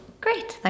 Great